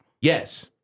Yes